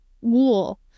wool